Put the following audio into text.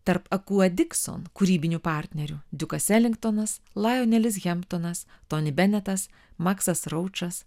tarp akuodikson kūrybiniu partneriu diukas elingtonas lajonelis hemptonas toni benetas maksas roučas